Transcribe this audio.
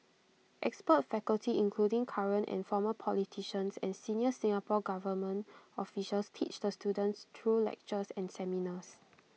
expert faculty including current and former politicians and senior Singapore Government officials teach the students through lectures and seminars